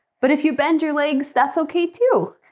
but if you bend your legs, that's okay, too